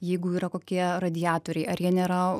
jeigu yra kokie radiatoriai ar jie nėra